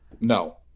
No